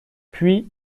puis